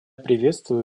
приветствую